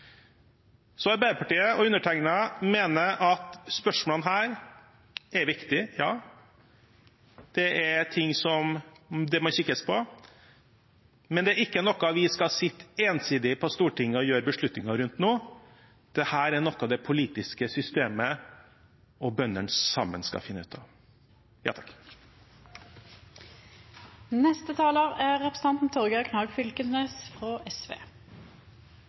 undertegnede mener at spørsmålene her er viktige – ja. Det er ting som det må kikkes på, men det er ikke noe vi skal sitte ensidig på Stortinget og gjøre beslutninger rundt nå. Dette er noe det politiske systemet og bøndene sammen skal finne ut av. Vi som er vitne til desse verbale sverdslaga som står mellom Framstegspartiet og Arbeidarpartiet, er